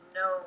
no